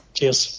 Cheers